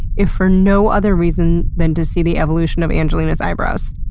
if for no other reason than to see the evolution of angelina's eyebrows.